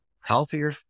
healthier